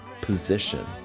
position